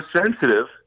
sensitive